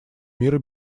мира